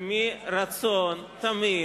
מרצון תמים,